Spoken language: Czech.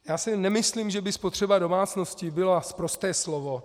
Já si nemyslím, že by spotřeba domácností byla sprosté slovo.